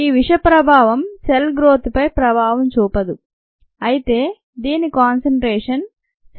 ఈ విషప్రభావం cell growth పై ప్రభావం చూపదు అయితే దీని కాన్సంట్రేషన్ 7